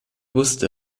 wusste